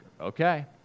okay